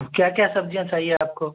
क्या क्या सब्ज़ियाँ चाहिए आपको